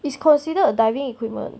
is considered a diving equipment